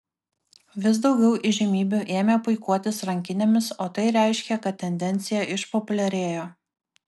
vis daugiau įžymybių ėmė puikuotis rankinėmis o tai reiškė kad tendencija išpopuliarėjo